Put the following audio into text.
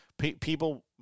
people